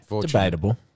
Debatable